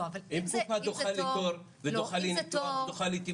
אם קופה דוחה לי תור ודוחה לי טיפול.